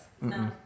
No